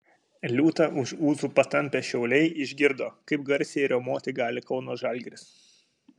liūtą už ūsų patampę šiauliai išgirdo kaip garsiai riaumoti gali kauno žalgiris